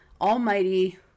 almighty